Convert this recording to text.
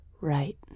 right